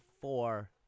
four